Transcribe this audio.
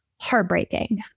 heartbreaking